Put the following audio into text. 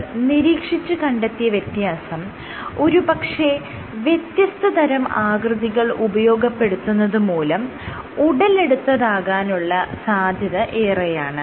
അവർ നിരീക്ഷിച്ച് കണ്ടെത്തിയ വ്യത്യാസം ഒരു പക്ഷെ വ്യത്യസ്തതരം ആകൃതികൾ ഉപയോഗപ്പെടുത്തുന്നത് മൂലം ഉടലെടുത്തതാകാനുള്ള സാധ്യത ഏറെയാണ്